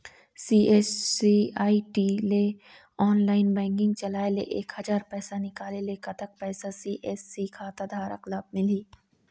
CSC ID ले online banking चलाए ले एक हजार पैसा निकाले ले कतक पैसा सी.एस.सी खाता धारक ला मिलही?